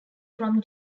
from